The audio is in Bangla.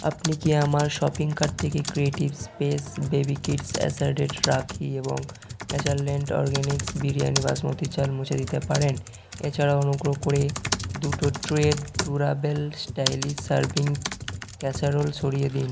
আপনি কি আমার শপিং কার্ট থেকে creative space baby kids assorted rakhi এবং নেচারল্যাণ্ড অর্গ্যানিক্স বিরিয়ানি বাসমতি চাল মুছে দিতে পারেন এছাড়াও অনুগ্রহ করে দুটো ট্রের ডুরাবেল স্টাইলিশ সার্ভিং ক্যাসেরোল সরিয়ে দিন